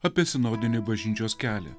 apie sinodinį bažnyčios kelią